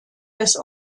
des